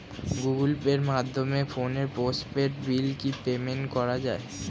Google পের মাধ্যমে ফোনের পোষ্টপেইড বিল কি পেমেন্ট করা যায়?